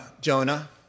Jonah